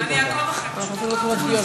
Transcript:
ואני אעקוב אחרי, פשוט נעקוב,